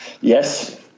Yes